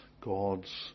God's